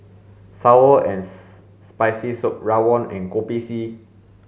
sour and spicy soup rawon and kopi c